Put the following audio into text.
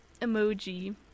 emoji